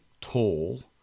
tall